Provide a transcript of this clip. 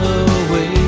away